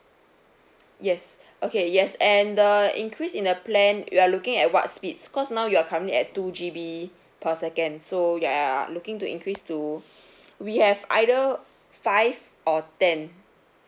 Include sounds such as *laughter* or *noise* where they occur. yes okay yes and the increase in the plan you are looking at what speed cause now you are currently at two G_B per seconds so you are looking to increase to *breath* we have either five or ten